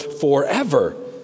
forever